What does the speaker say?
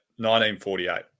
1948